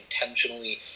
intentionally